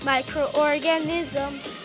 Microorganisms